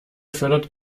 fördert